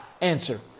answer